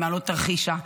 ממעלות-תרשיחא,